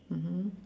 mmhmm